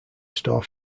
store